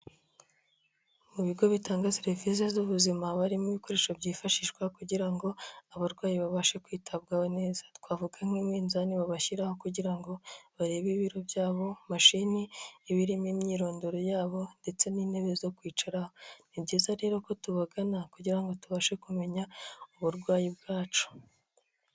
Mu bigo bitanga serivisi z'ubuzima haba harimo ibikoresho byifashishwa kugira ngo abarwayi babashe kwitabwaho neza twavuga nk'iminzani babashyiraho kugira ngo barebe ibiro byabo, imashini ibirimo imyirondoro ya bo ndetse n'intebe zo kwicaraho. Ni byiza rero ko tubagana kugira ngo tubashe kumenya uburwayi bwacu.